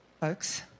folks